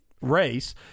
race